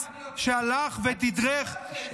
אתה בסדר?